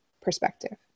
perspective